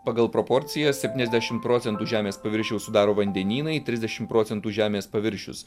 pagal proporciją septyniasdešimt procentų žemės paviršiaus sudaro vandenynai trisdešimt procentų žemės paviršius